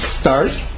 start